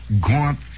gaunt